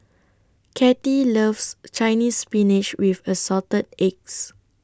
Katy loves Chinese Spinach with Assorted Eggs